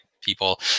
people